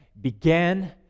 began